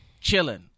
chilling